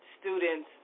students